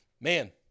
Man